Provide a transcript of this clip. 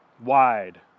wide